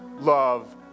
love